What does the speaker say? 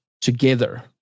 together